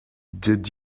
did